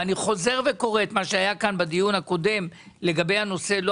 ואני חוזר וקורא את מה שהיה בדיון הקודם לגבי הנושא של